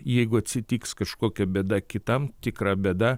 jeigu atsitiks kažkokia bėda kitam tikra bėda